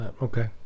Okay